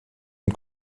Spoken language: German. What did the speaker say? und